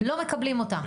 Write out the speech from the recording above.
לא מקבלים אותה.